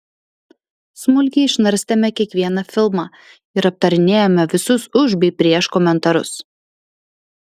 smulkiai išnarstėme kiekvieną filmą ir aptarinėjome visus už bei prieš komentarus